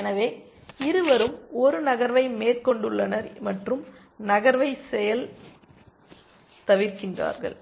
எனவே இருவரும் ஒரு நகர்வை மேற்கொண்டுள்ளனர் மற்றும் நகர்வைச் செயல் தவிர்க்கிறார்கள்